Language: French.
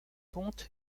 ponte